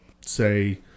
say